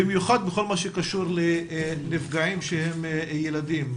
במיוחד בכל מה שקשור לנפגעים שהם ילדים.